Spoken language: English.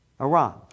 Iran